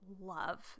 love